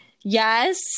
yes